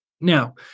Now